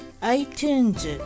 iTunes